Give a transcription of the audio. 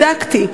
בדקתי.